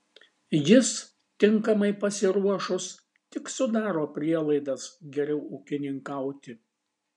jis tinkamai pasiruošus tik sudaro prielaidas geriau ūkininkauti